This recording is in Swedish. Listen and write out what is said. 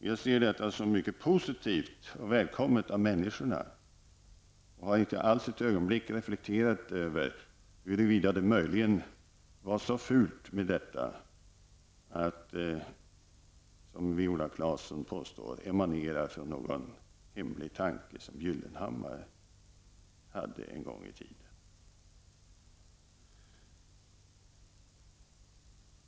Jag ser detta som mycket positivt och välkommet av människorna. Inte för ett ögonblick har jag reflekterat över huruvida det möjligen var så fult med detta att det, som Viola Claesson påstod, emanerar från en hemlig tanke som Pehr Gyllenhammar hade en gång i tiden.